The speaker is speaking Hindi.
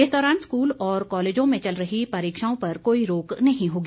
इस दौरान स्कूल और कॉलेजों में चल रही परीक्षाओं पर कोई रोक नहीं होगी